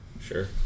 Sure